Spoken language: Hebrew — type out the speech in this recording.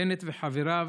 בנט וחבריו